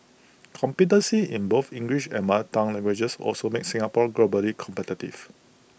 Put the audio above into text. competency in both English and mother tongue languages also makes Singapore globally competitive